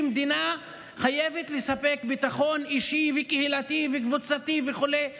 שמדינה חייבת לספק ביטחון אישי וקהילתי וקבוצתי וכו' לאזרחיה.